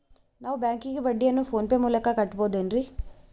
ನಾವು ಬ್ಯಾಂಕಿಗೆ ಬಡ್ಡಿಯನ್ನು ಫೋನ್ ಪೇ ಮೂಲಕ ಕಟ್ಟಬಹುದೇನ್ರಿ?